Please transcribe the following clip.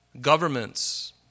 governments